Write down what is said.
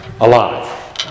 alive